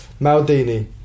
Maldini